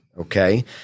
okay